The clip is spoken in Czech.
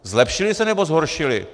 Zlepšili se, nebo zhoršili?